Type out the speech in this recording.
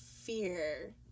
fear